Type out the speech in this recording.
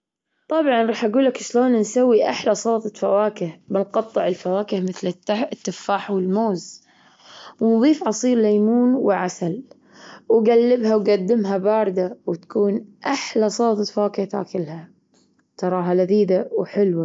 طبعًا راح أجول لك شلون نسوي أحلى سلطة فواكة. بنقطع الفواكه مثل التح- التفاح والموز ونظيف عصير ليمون وعسل وجلبها وجدمها باردة وتكون أحلى سلطة فواكة تاكلها، تراها لذيذة وحلوة.